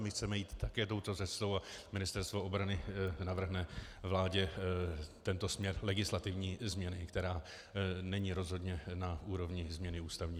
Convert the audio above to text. My chceme jít také touto cestou a Ministerstvo obrany navrhne vládě tento směr legislativní změny, která není rozhodně na úrovni změny ústavní.